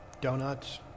donuts